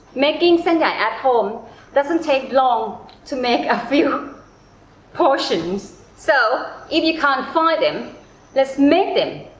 making sen yai at home doesn't take long to make a few portions. so, if you can't find them let's make them.